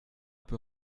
peu